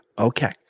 Okay